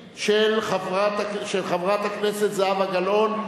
העלאת גיל הנישואין) של חברת הכנסת זהבה גלאון,